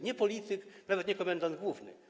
Nie polityk, nawet nie komendant główny.